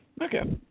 Okay